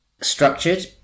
structured